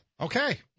Okay